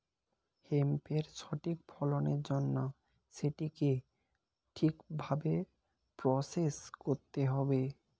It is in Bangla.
হেম্পের সঠিক ফলনের জন্য সেটিকে ঠিক ভাবে প্রসেস করতে হবে